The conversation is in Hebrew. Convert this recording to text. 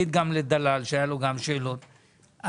הישיבה ננעלה בשעה 11:30.